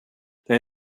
there